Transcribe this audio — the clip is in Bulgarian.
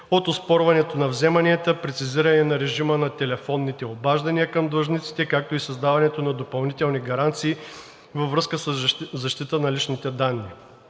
от оспорването на вземанията, прецизиране на режима на телефонните обаждания към длъжниците, както и създаване на допълнителни гаранции във връзка със защитата на личните данни.